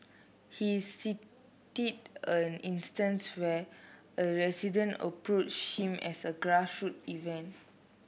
he a instance where a resident approach him at a event